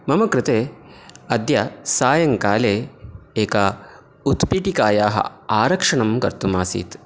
मम कृते अद्य सायङ्काले एका उत्पीठिकायाः आरक्षणं कर्तुमासीत्